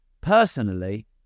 Personally